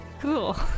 Cool